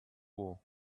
war